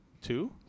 Two